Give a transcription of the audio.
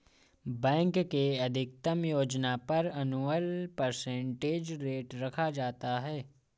bank के अधिकतम योजना पर एनुअल परसेंटेज रेट रखा जाता है